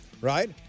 right